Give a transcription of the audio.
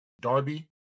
Darby